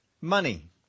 money